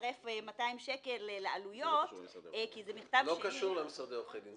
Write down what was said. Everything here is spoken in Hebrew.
לצרף 200 שקל לעלויות כי זה מכתב --- זה לא קשור למשרדי עורכי דין.